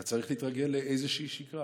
אתה צריך להתרגל לאיזושהי שגרה